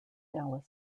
dallas